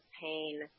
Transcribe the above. pain